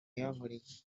yankoreye